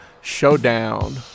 Showdown